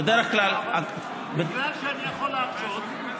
בגלל שאני יכול להרשות לעצמי,